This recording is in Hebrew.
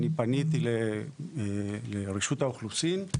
פניתי לרשות האוכלוסין.